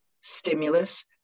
stimulus